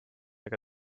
ega